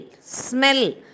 smell